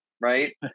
right